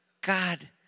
God